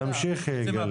תמשיכי.